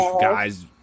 guys